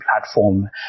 platform